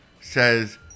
says